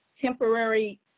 temporary